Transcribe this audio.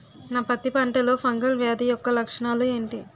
నా పత్తి పంటలో ఫంగల్ వ్యాధి యెక్క లక్షణాలు ఏంటి?